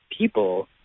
people